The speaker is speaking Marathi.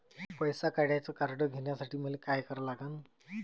पैसा काढ्याचं कार्ड घेण्यासाठी मले काय करा लागन?